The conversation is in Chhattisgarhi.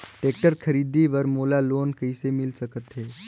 टेक्टर खरीदे बर मोला लोन कइसे मिल सकथे?